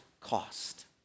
cost